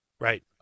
Right